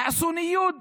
תעשו ניוד